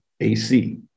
AC